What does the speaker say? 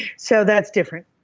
so that's different.